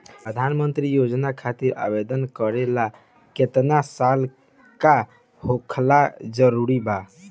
प्रधानमंत्री योजना खातिर आवेदन करे ला केतना साल क होखल जरूरी बा?